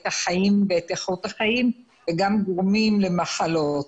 החיים ואת איכות החיים וגם גורמים למחלות.